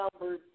Number